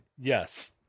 yes